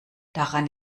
daran